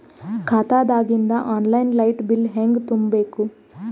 ಖಾತಾದಾಗಿಂದ online light bill ಹೇಂಗ ತುಂಬಾ ಬೇಕು?